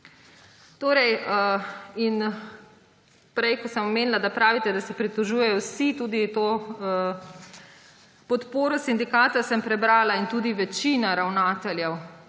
virusa. Prej sem omenila, da pravite, da se pritožujejo vsi, tudi podporo sindikata sem prebrala in tudi večina ravnateljev